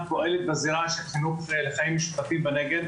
כי ככה אנחנו מאמינים בפורום חברה משותפת בישראל,